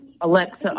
Alexa